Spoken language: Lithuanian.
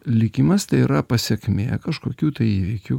likimas tai yra pasekmė kažkokių tai įvykių